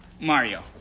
Mario